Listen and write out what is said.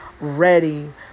ready